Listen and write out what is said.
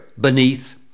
Beneath